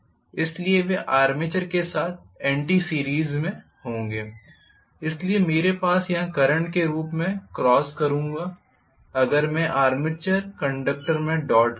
इसलिए वे आर्मेचर के साथ एंटी सीरीज होंगे इसलिए मेरे पास यहां करंट के रूप में क्रॉस करूंगा अगर मैं आर्मेचर कंडक्टर में डॉट कर रहा हूं